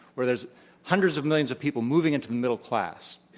where there's hundreds of millions of people moving into the middle class.